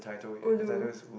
ulu